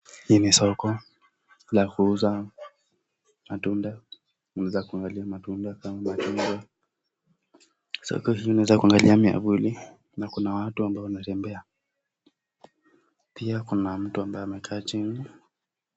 Hii ni soko la kuuza matunda, unaeza kuangalia matunda kama embe. Soko hii unaeza kuangalia miavuli na kuna watu ambao wanatembea. Pia kuna mtu ambaye amekaa chini.